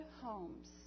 homes